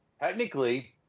technically